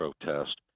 protest